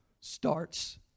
starts